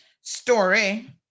story